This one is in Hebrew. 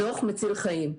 דוח מציל חיים.